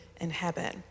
inhabit